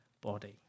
body